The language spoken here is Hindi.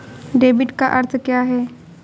डेबिट का अर्थ क्या है?